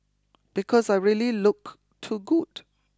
because I really look too good